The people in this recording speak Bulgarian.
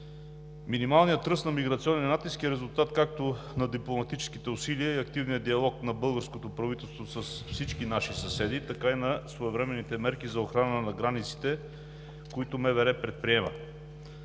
Минималният ръст на миграционния натиск е резултат както на дипломатическите усилия и активният диалог на българското правителство с всички наши съседи, така и на своевременните мерки за охрана на границите, които предприема